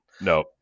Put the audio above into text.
no